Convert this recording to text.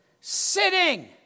Sitting